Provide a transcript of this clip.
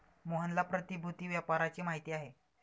मोहनला प्रतिभूति व्यापाराची माहिती आहे